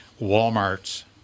Walmart's